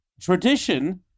tradition